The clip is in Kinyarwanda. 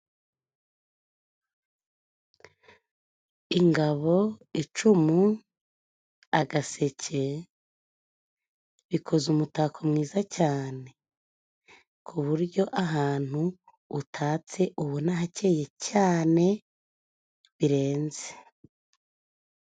Ingabo, icumu, agaseke bikoze umutako mwiza cyane, ku buryo ahantu utatse ubona hakeye cyane birenze.